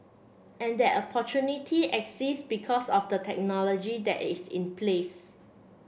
and that opportunity exists because of the technology that is in place